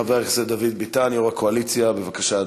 חבר הכנסת דוד ביטן, יושב-ראש הקואליציה, בבקשה,